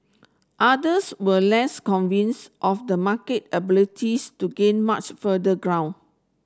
others were less convince of the market abilities to gain much further ground